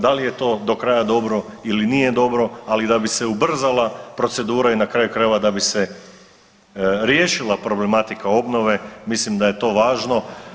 Da li je to do kraja dobro ili nije dobro, ali da bi se ubrzala procedura i na kraju krajeva da bi se riješila problematika obnove mislim da je to važno.